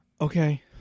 okay